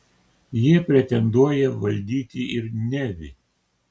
jie pretenduoja valdyti ir nevį